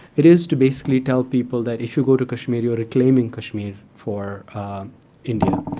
it is to basically tell people that if you go to kashmir you are ah claiming kashmir for india,